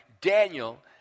Daniel